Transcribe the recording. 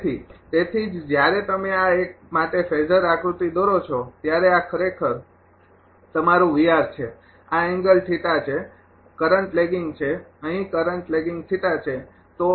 તેથી તેથી જ જ્યારે તમે આ એક માટે ફેઝર આકૃતિ દોરો છો ત્યારે આ ખરેખર તમારું છે આ એંગલ થીટા છે કરંટ લેગિંગ છે અહીં કરંટ લેગિંગ છે